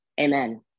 Amen